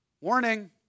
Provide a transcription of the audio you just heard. Warning